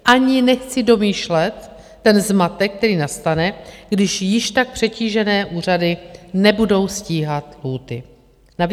Ani nechci domýšlet ten zmatek, který nastane, když již tak přetížené úřady nebudou stíhat lhůty.